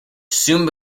soon